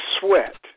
sweat